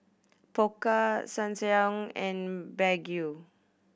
Pokka Ssangyong and Baggu